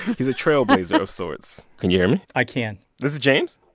he's a trailblazer of sorts. can you hear me? i can this is james?